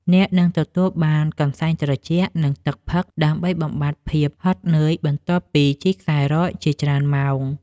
អ្នកនឹងទទួលបានកន្សែងត្រជាក់ និងទឹកផឹក ដើម្បីបំបាត់ភាពហត់នឿយបន្ទាប់ពីជិះខ្សែរ៉កជាច្រើនម៉ោង។